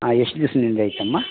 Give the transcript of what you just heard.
ಹಾಂ ಎಷ್ಟು ದಿವ್ಸದಿಂದ ಐತಮ್ಮ